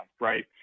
Right